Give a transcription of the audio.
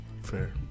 Fair